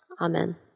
Amen